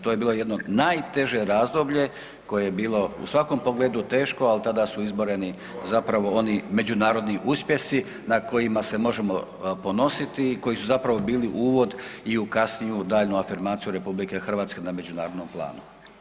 To je bilo jedno najteže razdoblje koje je bilo u svakom pogledu teško, ali tada su izboreni zapravo oni međunarodni uspjesi, na kojima se možemo ponositi i koji su zapravo bili i uvod i u kasniju daljnju afirmaciju RH na međunarodnom planu.